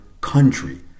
country